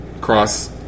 cross